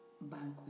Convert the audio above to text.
banquet